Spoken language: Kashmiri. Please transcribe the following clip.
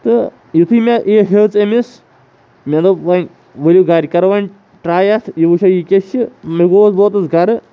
تہٕ یِتھُے مےٚ یہِ ہیژ أمِس مےٚ دوٚپ وۄنۍ ؤلیو گرِ کَرو وۄنۍ ٹراے اَتھ بہٕ وٕچھِو یہِ کِژھ چھِ مےٚ گوس بہٕ ووٚتُس گرٕ